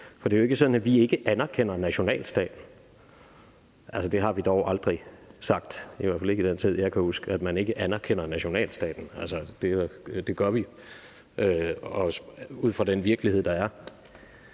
For det er jo ikke sådan, at vi ikke anerkender nationalstaten. Det har vi dog aldrig sagt, i hvert fald ikke i den tid, jeg kan huske – at man ikke anerkender nationalstaten. Det gør vi ud fra den virkelighed, der er.